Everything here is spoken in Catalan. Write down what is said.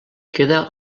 queda